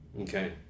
Okay